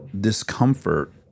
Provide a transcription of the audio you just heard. discomfort